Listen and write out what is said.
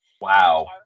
Wow